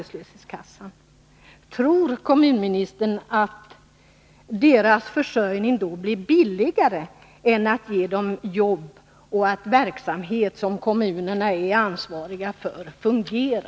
Tror kommunministern att deras försörjning blir billigare på det sättet än om man ger dem jobb i den verksamhet som kommunerna är ansvariga för och som måste fungera?